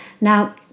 Now